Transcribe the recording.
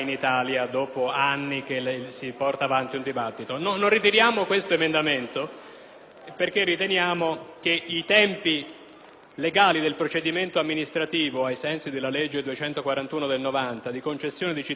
perché i tempi legali del procedimento amministrativo, ai sensi della legge n. 241 del 1990, di concessione di cittadinanza, previsti all'articolo 3 del decreto del